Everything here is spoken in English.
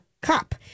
cup